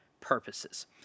purposes